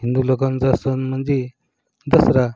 हिंदू लोकांचा सण म्हणजे दसरा